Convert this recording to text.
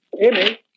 Amy